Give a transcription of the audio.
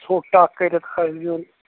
ژھوٚٹ ٹَکھ کٔرِتھ آسہِ زیُن